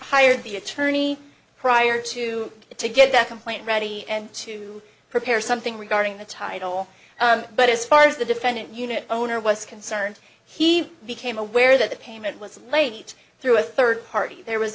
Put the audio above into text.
hired the attorney prior to to get that complaint ready and to prepare something regarding the title but as far as the defendant unit owner was concerned he became aware that the payment was late through a third party there was